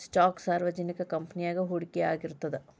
stock ಸಾರ್ವಜನಿಕ ಕಂಪನಿಯಾಗ ಹೂಡಿಕೆಯಾಗಿರ್ತದ